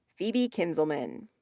phoebe kinzelman,